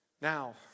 Now